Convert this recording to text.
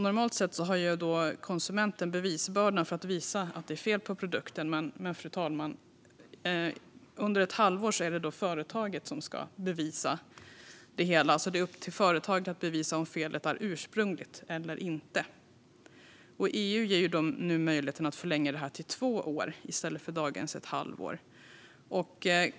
Normalt sett har konsumenten bevisbördan för att visa att det är fel på produkten, men under ett halvår är det upp till företaget att bevisa om felet är ursprungligt eller inte. EU ger nu en möjlighet att förlänga detta till två år i stället för dagens ett halvår.